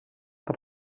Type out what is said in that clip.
per